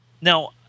now